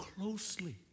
closely